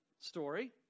story